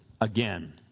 again